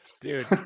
Dude